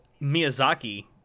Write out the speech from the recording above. Miyazaki